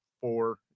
four